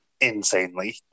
insanely